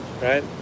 right